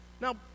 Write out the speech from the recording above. Now